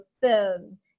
film